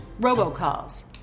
robocalls